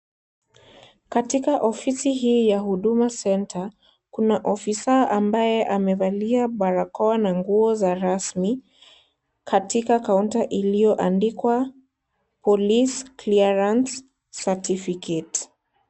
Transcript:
Katika ofisi hii ya Huduma Center, kuna ofisa ambaye amevalia barakoa na nguo za rasmi, katika counter iliyoandikwa police clearance certificate .